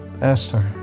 Esther